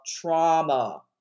trauma